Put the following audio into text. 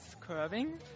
curving